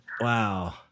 Wow